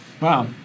Wow